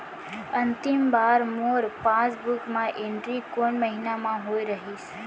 अंतिम बार मोर पासबुक मा एंट्री कोन महीना म होय रहिस?